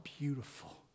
beautiful